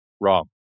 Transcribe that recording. wrong